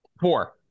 Four